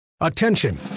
Attention